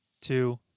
two